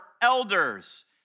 elders